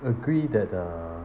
agree that uh